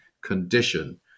condition